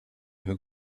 who